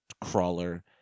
crawler